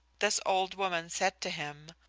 this old woman said to him,